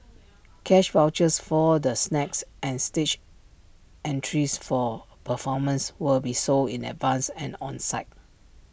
cash vouchers for the snacks and stage entries for performances will be sold in advance and on site